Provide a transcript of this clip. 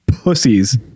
pussies